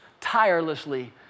tirelessly